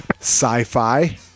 Sci-Fi